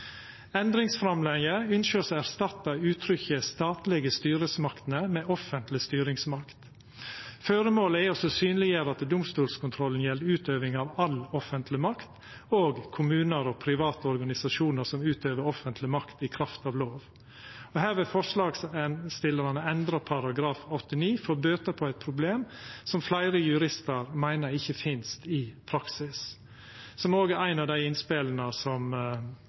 Endringsframlegget ynskjer å erstatta uttrykket «statlege styresmaktene» med «offentlege styresmaktene». Føremålet er å synleggjera at domstolskontrollen gjeld utøving av all offentleg makt – òg kommunar og private organisasjonar som utøver offentleg makt i kraft av lova. Her vil forslagsstillarane endra § 89 for å bøta på eit problem som fleire juristar meiner ikkje finst i praksis, som òg er eitt av innspela som